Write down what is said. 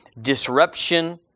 disruption